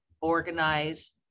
organize